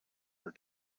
her